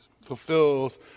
fulfills